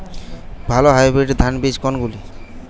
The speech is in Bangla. ভালো হাইব্রিড ধান বীজ কোনগুলি?